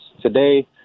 Today